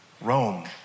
Rome